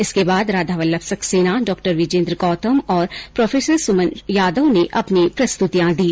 इसके बाद राधावल्लभ सक्सैना डॉ विजेन्द्र गौतम और प्रो सुमन यादव ने अपनी प्रस्तुतिया दी